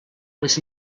was